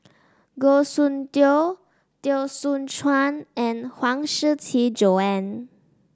Goh Soon Tioe Teo Soon Chuan and Huang Shiqi Joan